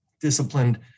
disciplined